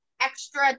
extra